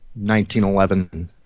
1911